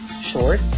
short